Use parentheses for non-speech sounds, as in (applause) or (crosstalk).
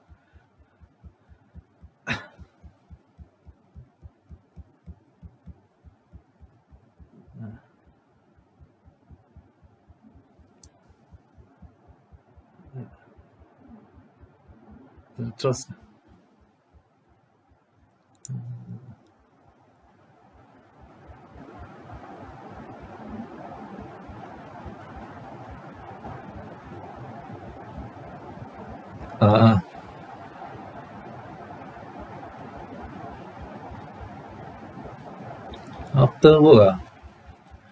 (coughs) ah (noise) interest ah mm uh (noise) after work ah